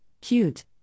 cute